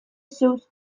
sous